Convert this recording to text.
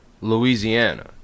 Louisiana